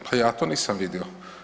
Pa ja to nisam vidio!